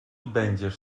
będziesz